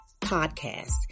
podcast